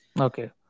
Okay